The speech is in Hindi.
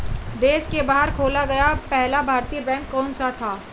देश के बाहर खोला गया पहला भारतीय बैंक कौन सा था?